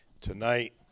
tonight